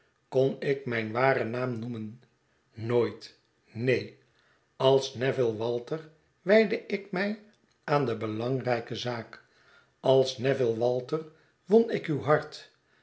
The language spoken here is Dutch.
kon ik mijn waren naam noemen nooit neen als m'neville walter wijdde ik mij aan de belangrijke zaak als m'neville walter won ik uwhart